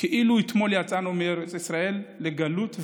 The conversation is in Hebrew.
כאילו אתמול יצאנו מארץ ישראל לגלות,